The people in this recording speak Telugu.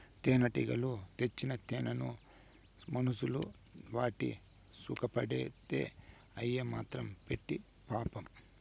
తేనెటీగలు తెచ్చిన తేనెను మనుషులు వాడి సుకపడితే అయ్యి మాత్రం సత్చాండాయి పాపం